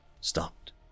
stopped